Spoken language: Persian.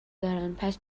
دارن، پس